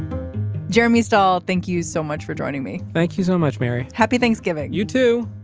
jeremy stahl, thank you so much for joining me. thank you so much, mary. happy thanksgiving. you, too.